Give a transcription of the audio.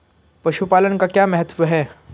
पशुपालन का क्या महत्व है?